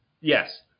Yes